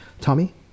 Tommy